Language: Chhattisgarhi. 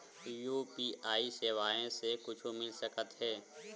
यू.पी.आई सेवाएं से कुछु मिल सकत हे?